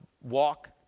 walk